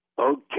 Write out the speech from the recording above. Okay